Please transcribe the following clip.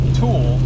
tool